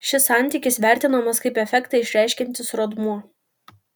šis santykis vertinamas kaip efektą išreiškiantis rodmuo